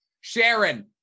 Sharon